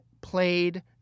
played